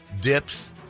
dips